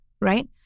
right